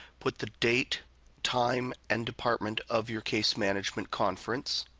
put the date time and department of your case management conference.